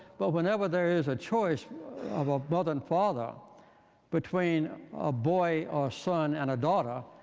but whenever there is a choice of a brother and father between a boy or a son and a daughter,